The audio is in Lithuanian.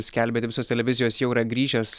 skelbė ir visos televizijos jau yra grįžęs